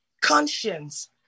conscience